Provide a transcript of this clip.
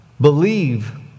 believe